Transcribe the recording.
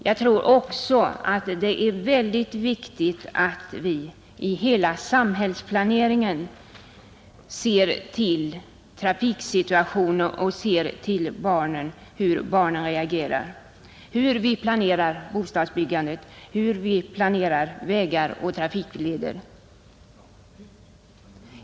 Jag tror också att det är mycket viktigt att vi i hela samhällsplaneringen tänker på hur barn reagerar i trafiksituationen — när vi planerar bostadsbyggande, vägar och trafikleder.